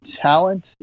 talent